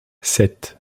sept